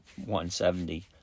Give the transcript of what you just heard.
170